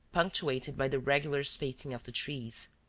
punctuated by the regular spacing of the trees.